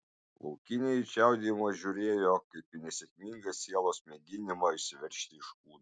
laukiniai į čiaudėjimą žiūrėjo kaip į nesėkmingą sielos mėginimą išsiveržti iš kūno